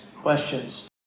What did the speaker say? questions